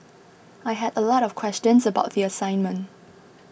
I had a lot of questions about the assignment